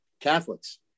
Catholics